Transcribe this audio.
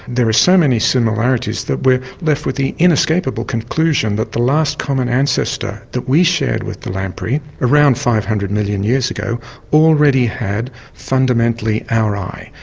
there are so many similarities that we're left with the inescapable conclusion that the last common ancestor that we shared with the lamprey around five hundred million years ago already had fundamentally our eye.